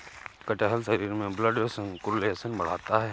कटहल शरीर में ब्लड सर्कुलेशन बढ़ाता है